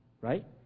Right